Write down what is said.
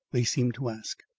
they seemed to ask,